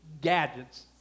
gadgets